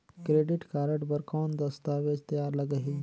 Credit card बर कौन दस्तावेज तैयार लगही?